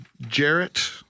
Jarrett